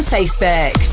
Facebook